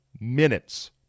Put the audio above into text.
minutes